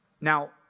Now